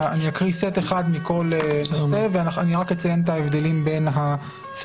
אני אקריא סט אחד מכל נושא ואני רק אציין את ההבדלים בין הסטים.